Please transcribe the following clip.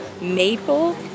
maple